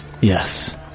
Yes